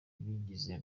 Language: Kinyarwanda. bigize